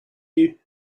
you